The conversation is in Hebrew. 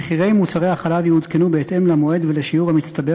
מחירי מוצרי החלב יעודכנו בהתאם למועד ולשיעור המצטבר